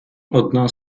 одна